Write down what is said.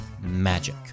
magic